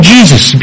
Jesus